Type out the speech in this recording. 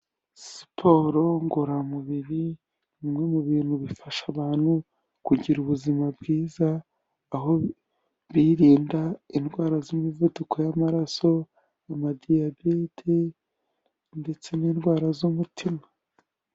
Siporo ngororamubiri, bimwe mu bintu bifasha abantu kugira ubuzima bwiza, aho birinda indwara z'imivuduko y'amaraso, amadiyabete ndetse n'indwara z'umutima.